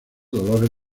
dolores